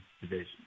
division